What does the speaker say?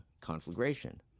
conflagration